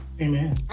Amen